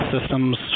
systems